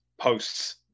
posts